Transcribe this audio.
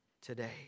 today